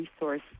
resource